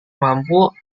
mampu